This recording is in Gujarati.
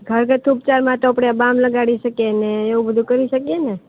ઘરગથ્થું ઉપચારમાં તો આપડે બામ લગાડી શકીએ ને એવું બધુ કરી શકીએ ને